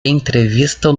entrevista